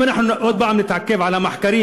אם אנחנו עוד פעם נתעכב על המחקרים,